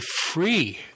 free